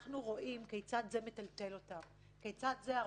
כאשר בקהילה שבה הם חיים נחשף שהם מעגנים את הנשים